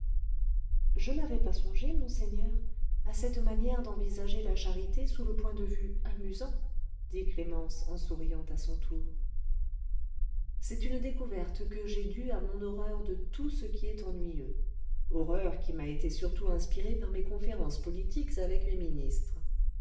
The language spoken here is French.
je n'avais pas songé monseigneur à cette manière d'envisager la charité sous le point de vue amusant dit clémence en souriant à son tour c'est une découverte que j'ai due à mon horreur de tout ce qui est ennuyeux horreur qui m'a été surtout inspirée par mes conférences politiques avec mes ministres